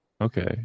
okay